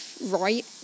right